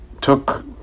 took